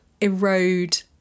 erode